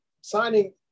signing